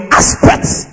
aspects